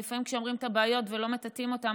אבל לפעמים כשאומרים את הבעיות ולא מטאטאים אותן,